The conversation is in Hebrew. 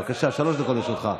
בבקשה, שלוש דקות לרשותך.